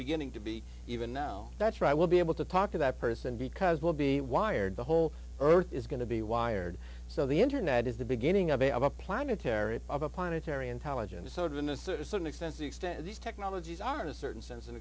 beginning to be even now that's why we'll be able to talk to that person because we'll be wired the whole earth is going to be wired so the internet is the beginning of a of a planetary of a planetary intelligent a sort of in a certain extent the extent of these technologies are in a certain sense an